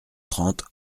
trente